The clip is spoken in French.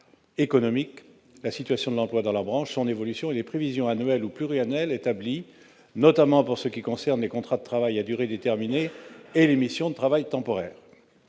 économique, la situation de l'emploi dans la branche, son évolution et les prévisions annuelles ou pluriannuelles établies, notamment pour ce qui concerne les contrats de travail à durée déterminée et les missions de travail temporaire